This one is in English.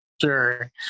Sure